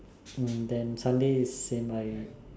um then Sunday is same I